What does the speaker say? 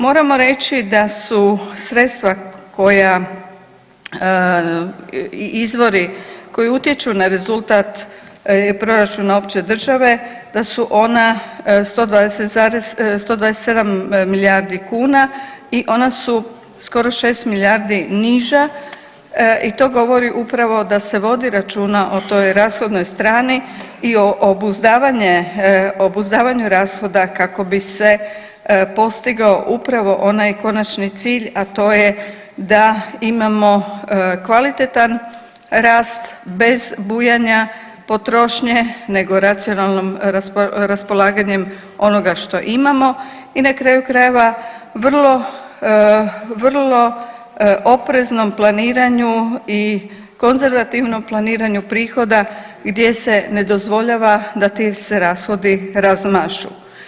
Moramo reći da su sredstva koja, i izvori koji utječu na rezultat proračuna opće države, da su ona 120 zarez, 127 milijardi kuna i ona su skoro 6 milijardi niža i to govori upravo da se vodi računa o toj rashodnoj strani i o obuzdavanju rashoda kako bi se postigao upravo onaj konačni cilj, a to je da imamo kvalitetan rast bez bujanja potrošnje, nego racionalnom raspolaganjem onoga što imamo, i na kraju krajeva, vrlo, vrlo opreznom planiranju i konzervativnom planiranju prihoda gdje se ne dozvoljava da ti se rashodi razmašu.